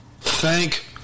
Thank